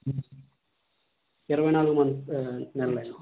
ఇరవై నాలుగు మంత్స్ నెలలు అండి